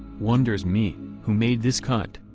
wonders me who made this cut,